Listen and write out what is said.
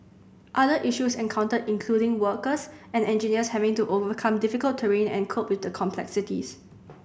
other issues encountered included workers and engineers having to overcome difficult terrain and cope with the complexities